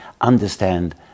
understand